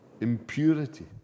impurity